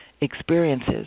experiences